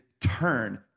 turn